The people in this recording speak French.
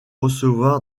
recevoir